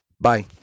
Bye